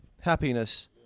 happiness